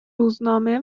روزنامه